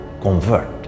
convert